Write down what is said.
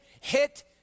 hit